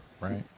Right